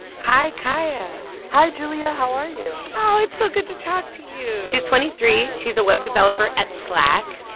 hi, kaya hi, julia. how are you? oh, it's so good to talk to you she's twenty three. she's a web developer at slack.